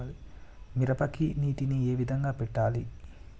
మిరపకి నీటిని ఏ విధంగా పెట్టాలి?